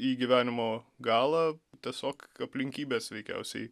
į gyvenimo galą tiesiog aplinkybės veikiausiai